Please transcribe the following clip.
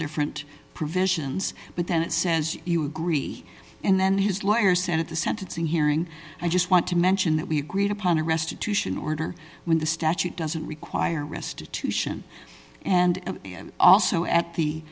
different provisions but then it says you agree and then his lawyer said at the sentencing hearing i just want to mention that we agreed upon a restitution order when the statute doesn't require restitution and also at